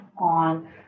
on